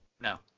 No